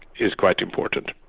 is quite important.